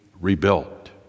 rebuilt